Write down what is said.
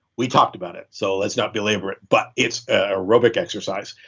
we talked about it, so let's not belabor it but it's ah aerobic exercise.